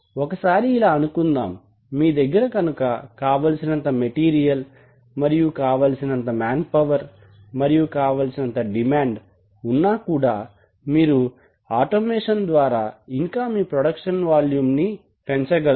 ఒకసారి ఇలా అనుకుందాం మీ దగ్గర కనుక కావలసినంత మెటీరియల్ కావలసినంత మ్యాన్ పవర్ మరియు కావలసినంత డిమాండ్ ఉన్నా కూడా మీరు ఆటోమేషన్ ద్వారా ఇంకా మీ ప్రొడక్షన్ వాల్యూమ్ ను పెంచగలరు